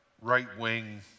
right-wing